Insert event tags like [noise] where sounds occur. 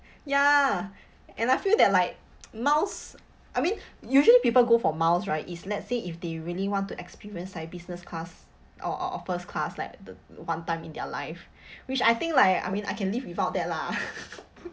[breath] ya and I feel that like [noise] miles I mean usually people go for miles right is let's say if they really want to experience like business class or or or first class like the one time in their life [breath] which I think like I mean I can live without that lah [laughs]